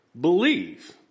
believe